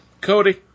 Cody